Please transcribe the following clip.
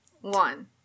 one